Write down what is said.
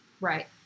Right